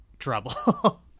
trouble